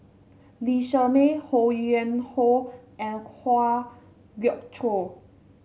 Lee Shermay Ho Yuen Hoe and Kwa Geok Choo